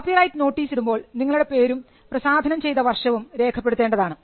copyright notice ഇടുമ്പോൾ നിങ്ങളുടെ പേരും പ്രസാധനം ചെയ്ത വർഷവും രേഖപ്പെടുത്തേണ്ടതാണ്